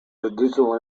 digital